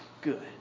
good